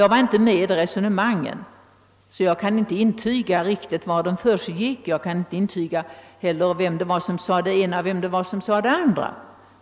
Jag var inte med i dessa resonemang, så jag kan inte intyga vad som försiggick eller vem som sade det ena och det andra.